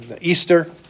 Easter